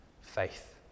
Faith